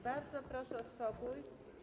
Bardzo proszę o spokój.